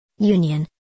Union